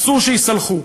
אסור שייסלחו,